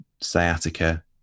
sciatica